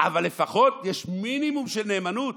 אבל לפחות יש מינימום של נאמנות.